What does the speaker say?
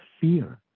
fear